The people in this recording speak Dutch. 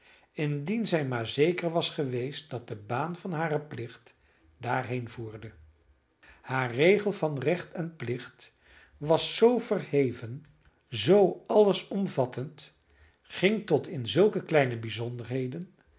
indien zij maar zeker was geweest dat de baan van haren plicht daarheen voerde haar regel van recht en plicht was zoo verheven zoo alles omvattend ging tot in zulke kleine bijzonderheden